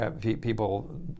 People